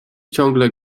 ciągle